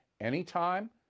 anytime